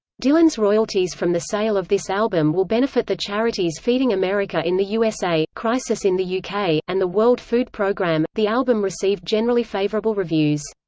dylan's royalties from the sale of this album will benefit the charities feeding america in the usa, crisis in the yeah uk, and the world food programme the album received generally favorable reviews.